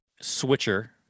switcher